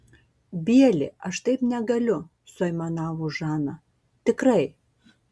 bieli aš taip negaliu suaimanavo žana tikrai